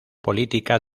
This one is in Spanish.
política